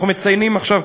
אנחנו מציינים עכשיו,